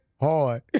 Hard